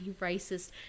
racist